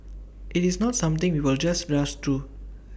IT is not something we will just rush through